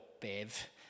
Bev